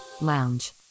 Lounge